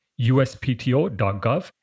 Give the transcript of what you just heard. uspto.gov